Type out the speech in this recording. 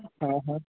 हा हा